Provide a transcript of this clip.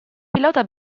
pilota